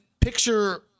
picture